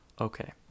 okay